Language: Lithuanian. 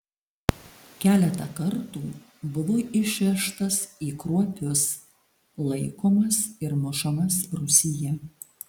keletą kartų buvo išvežtas į kruopius laikomas ir mušamas rūsyje